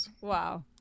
wow